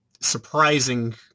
surprising